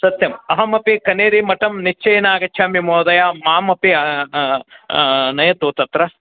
सत्यम् अहमपि कनेरि मठं निश्चयेन आगच्छामि महोदय माम् अपि नयतु तत्र